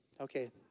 okay